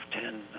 ten